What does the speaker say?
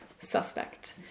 suspect